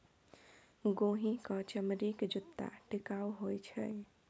गोहि क चमड़ीक जूत्ता टिकाउ होए छै